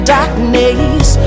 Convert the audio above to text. Darkness